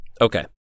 Okay